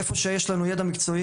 איפה שיש לנו ידע מקצועי,